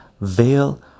veil